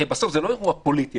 הרי בסוף זה לא אירוע פוליטי,